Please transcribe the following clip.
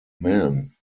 man